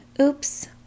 oops